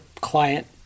client